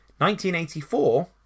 1984